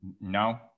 No